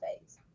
phase